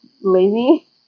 lazy